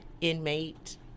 inmate